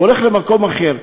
והולך למקום אחר,